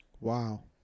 Wow